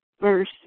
verse